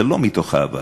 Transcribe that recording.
זה לא מתוך אהבה,